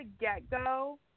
get-go